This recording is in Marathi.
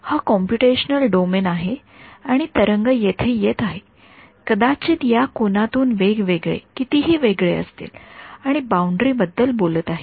हा कॉम्पुटेशनल डोमेन आहे आणि तरंग येथे येत आहे कदाचित या कोनातून वेगवेगळे कितीही वेगळे असतील आणि बाउंडरी बद्दल बोलत आहे